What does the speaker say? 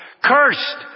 Cursed